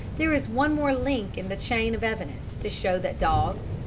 there is one more link in the chain of evidence to show that dogs,